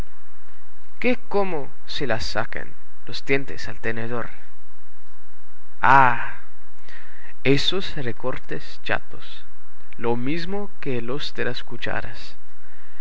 que cómo se le sacan los dientes al tenedor ah esos recortes chatos lo mismo que los de las cucharas